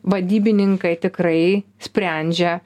vadybininkai tikrai sprendžia